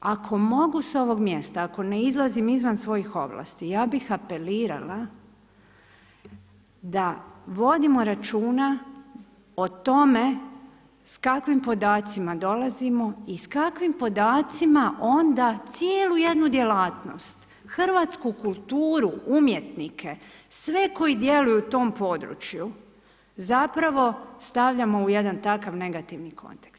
Ako mogu s ovog mjesta, ako ne izlazim izvan svojih ovlasti, ja bih apelirala da vodimo računa o tome s kakvim podacima dolazimo i s kakvim podacima onda cijelu jednu djelatnost, hrvatsku kulturu, umjetnike, sve koji djeluju u tom području, zapravo stavljamo u jedan takav negativno kontekst.